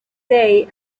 day